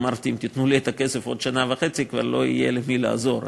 אמרתי: אם תיתנו לי את הכסף עוד שנה וחצי כבר לא יהיה למי לעזור,